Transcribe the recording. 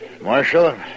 Marshal